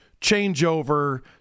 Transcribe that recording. changeover